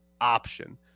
option